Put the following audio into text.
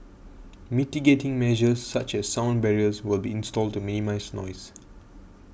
mitigating measures such as sound barriers will be installed to minimise noise